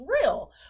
real